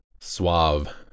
suave